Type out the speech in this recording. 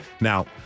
Now